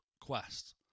Quest